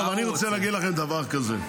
טוב, אני רוצה להגיד לכם דבר כזה: